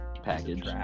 Package